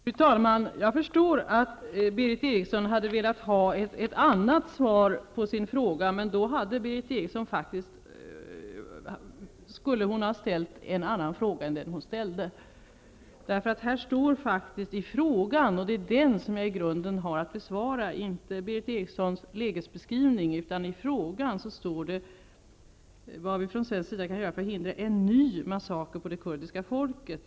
Fru talman! Jag förstår att Berith Eriksson hade velat ha ett annat svar på sin fråga, men då skulle hon ha ställt en annan fråga än den hon ställde. Här står faktiskt i frågan: ''Vad kan vi från svensk sida göra för att förhindra en ny massaker på det kurdiska folket?'' Det är frågan som jag i grunden har att besvara, inte Berith Erikssons lägesbeskrivning.